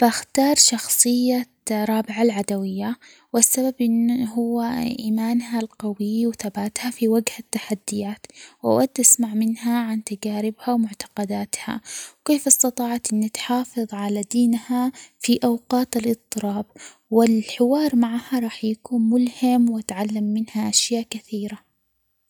بودي أذهب إلى العصر الذهبي الإسلامي تحديداً في القرن التاسع الميلادي، كانت هالفترة مليئة بالابتكارات في العلوم والفنون والثقافة، وبودي أرى كيف كان العلماء يتبادلون المعرفة وأتعلم من تجاربهم، وبودي كمان أستمتع بالهندسة المعمارية الجميلة والثقافة الغنية.